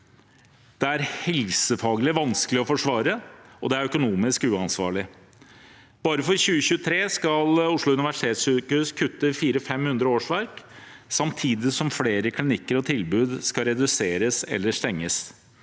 Det er helsefaglig vanskelig å forsvare, og det er økonomisk uansvarlig. Bare for 2023 skal Oslo universitetssykehus kutte 400–500 årsverk samtidig som flere klinikker og tilbud skal reduseres eller stenges.